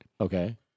okay